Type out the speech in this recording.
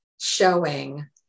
showing